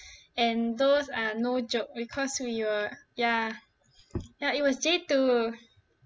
and those are no joke because we were ya ya it was J two